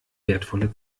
wertvolle